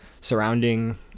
surrounding